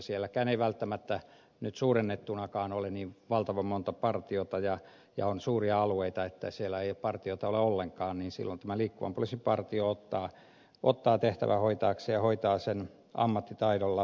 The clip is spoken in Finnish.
sielläkään ei välttämättä nyt suurennettunakaan ole niin valtavan monta partiota ja on suuria alueita joilla ei partioita ole ollenkaan ja silloin tämän liikkuvan poliisin partio ottaa tehtävän hoitaakseen ja hoitaa sen ammattitaidolla